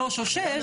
3 או 6,